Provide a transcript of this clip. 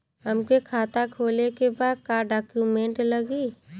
हमके खाता खोले के बा का डॉक्यूमेंट लगी?